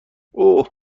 اوه